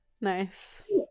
Nice